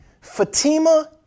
Fatima